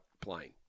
plane